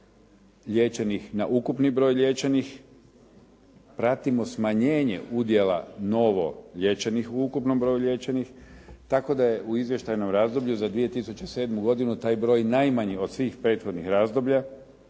liječenih na ukupni broj liječenih, pratimo smanjenje udjela novo liječenih u ukupnom broju liječenih, tako da je u izvještajnom razdoblju za 2007. godinu taj broj najmanji od svih prethodnih razdoblja